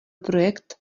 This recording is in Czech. projekt